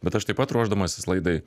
bet aš taip pat ruošdamasis laidai